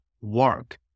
work